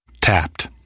Tapped